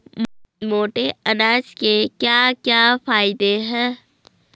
मोटे अनाज के क्या क्या फायदे हैं?